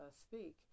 speak